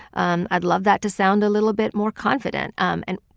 um i'd love that to sound a little bit more confident. um and,